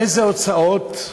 איזה הוצאות?